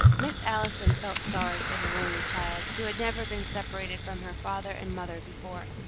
miss allison felt sorry for the lonely child, who had never been separated from her father and mother before,